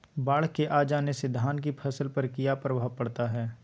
बाढ़ के आ जाने से धान की फसल पर किया प्रभाव पड़ता है?